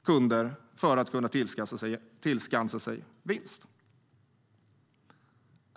och kunder för att kunna tillskansa sig vinst.